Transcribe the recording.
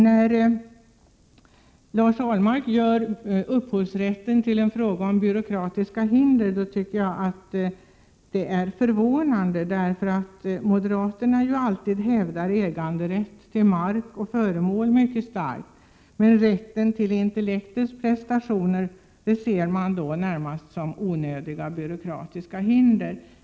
När Lars Ahlmark gör upphovsrätten till en fråga om byråkratiska hinder, tycker jag att det är förvånande. Moderaterna hävdar ju alltid äganderätt till mark och föremål mycket starkt. Men rätten till intellektets prestationer ser man då närmast som ”onödiga byråkratiska hinder”.